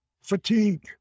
fatigue